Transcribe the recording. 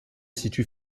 situe